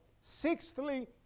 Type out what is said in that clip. Sixthly